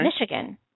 Michigan